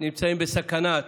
נמצאים בסכנה,